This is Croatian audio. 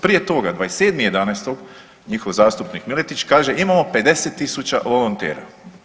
Prije toga 27.11. njihov zastupnik Miletić kaže imamo 50 000 volontera.